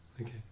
Okay